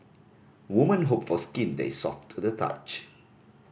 women hope for skin that is soft to the touch